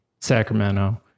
Sacramento